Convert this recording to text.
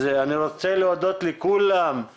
אז אני רוצה להודות לכולם,